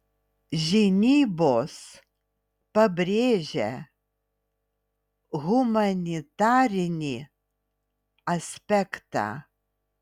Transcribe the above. žinybos pabrėžia humanitarinį aspektą